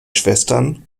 schwestern